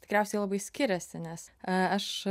tikriausiai labai skiriasi nes aš